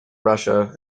russia